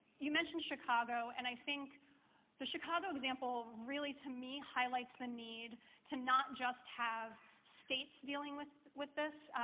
you mentioned chicago, and i think the chicago example really, to me, highlights the need to not just have states dealing with with this.